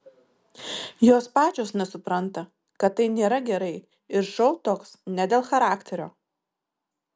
jos pačios nesupranta kad tai nėra gerai ir šou toks ne dėl charakterio